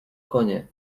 konie